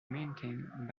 maintained